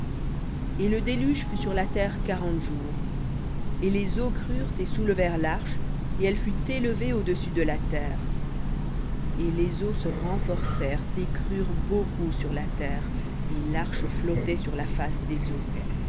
et le déluge fut sur la terre quarante jours et les eaux crûrent et soulevèrent l'arche et elle fut élevée au-dessus de la terre et les eaux se renforcèrent et crûrent beaucoup sur la terre et l'arche flottait sur la face des eaux